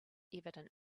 evident